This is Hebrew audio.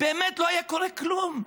באמת לא היה קורה כלום.